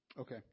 Okay